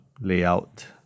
layout